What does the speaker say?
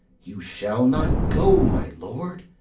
you shall not go, my lord.